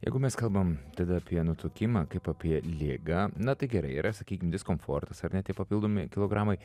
jeigu mes kalbam tada apie nutukimą kaip apie ligą na tai gerai yra sakykim diskomfortas ar ne tie papildomi kilogramai